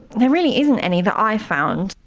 there really isn't any that i found.